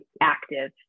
active